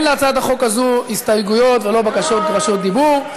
אין להצעת החוק הזאת הסתייגויות ולא בקשות לרשות דיבור,